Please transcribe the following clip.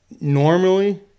normally